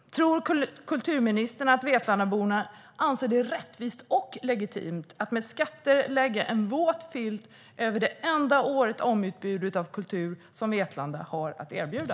Tror kulturministern att Vetlandaborna anser att det är rättvist och legitimt att med skatter lägga en våt filt över det enda åretruntutbud av kultur som Vetlanda har att erbjuda?